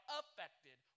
affected